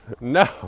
No